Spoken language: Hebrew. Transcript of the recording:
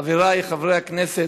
חברי חברי הכנסת,